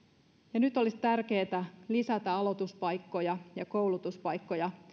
ja nyt olisi tärkeätä lisätä aloituspaikkoja ja koulutuspaikkoja